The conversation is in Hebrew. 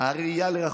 הראייה לרחוק,